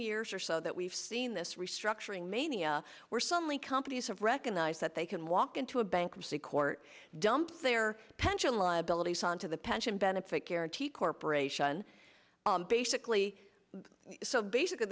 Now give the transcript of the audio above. years or so that we've seen this restructuring mania were suddenly companies have recognized that they can walk into a bankruptcy court dump their pension liabilities onto the pension benefit guaranty corporation basically so basically